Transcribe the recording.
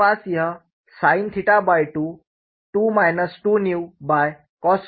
मेरे पास यह sin22 2 cos22 है